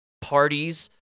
parties